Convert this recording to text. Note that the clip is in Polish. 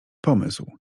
pomysł